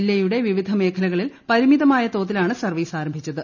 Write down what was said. ജില്ലയുടെ വിവിധ മേഖലകളിൽ പരിമിതമായ തോതിലാണ് സർവീസ് ആരംഭിച്ചത്